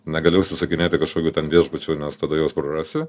negali užsisakinėti kažkokių ten viešbučių nes tada juos prarasi